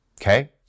okay